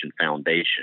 Foundation